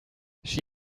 she